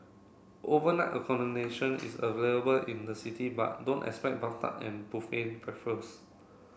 overnight accommodation is available in the city but don't expect bathtub and buffet breakfasts